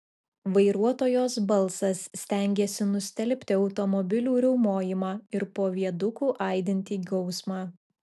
vairuotojos balsas stengėsi nustelbti automobilių riaumojimą ir po viaduku aidintį gausmą